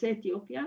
יוצאי אתיופיה.